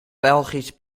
belgisch